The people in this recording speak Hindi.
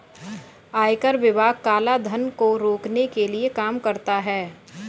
आयकर विभाग काला धन को रोकने के लिए काम करता है